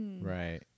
Right